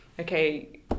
okay